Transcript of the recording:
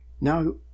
Now